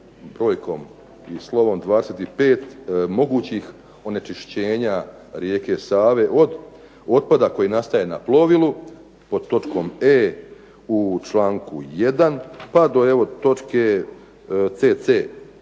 brojkom i slovom 25 mogućih onečišćenja rijeke Save od otpada koje nastaje na plovilu pod točkom e u članku1. pa do točke cc